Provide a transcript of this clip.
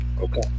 Okay